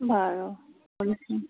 বাৰু